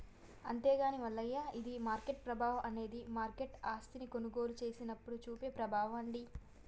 అంతేగాని మల్లయ్య ఇది మార్కెట్ ప్రభావం అనేది మార్కెట్ ఆస్తిని కొనుగోలు చేసినప్పుడు చూపే ప్రభావం అండి